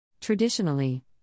traditionally